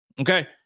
okay